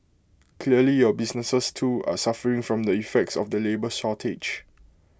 clearly your businesses too are suffering from the effects of the labour shortage